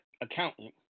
accountant